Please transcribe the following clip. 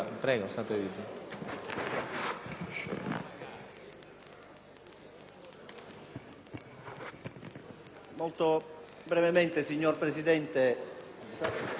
Grazie,